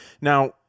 Now